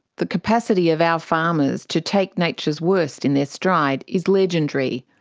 the capacity of our farmers to take nature's worst in their stride is legendary.